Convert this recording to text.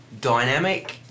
dynamic